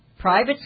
Private